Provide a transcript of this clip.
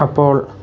അപ്പോൾ